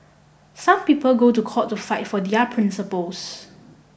some people go to court to fight for their principles